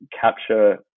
capture